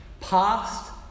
Past